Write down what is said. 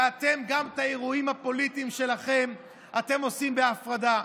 גם את האירועים הפוליטיים שלכם אתם עושים בהפרדה,